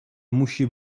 musi